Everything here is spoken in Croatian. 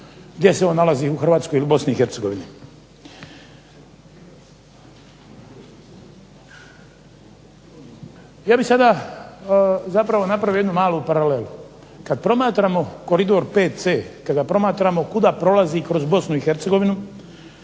gdje se on nalazi, u Hrvatskoj ili u BiH. Ja bih sada zapravo napravio jednu malu paralelu. Kad promatramo koridor VC, kada promatramo kuda prolazi kroz BiH, on